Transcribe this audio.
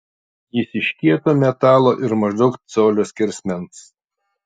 jis iš kieto metalo ir maždaug colio skersmens